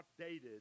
outdated